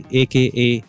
aka